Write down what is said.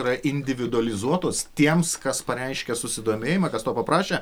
yra individualizuotos tiems kas pareiškė susidomėjimą kas to paprašė